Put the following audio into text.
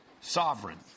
Sovereign